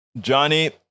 Johnny